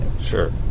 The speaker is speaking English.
Sure